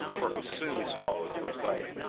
where it was soon swallowed from sight!